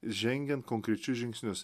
žengian konkrečius žingsnius